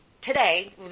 Today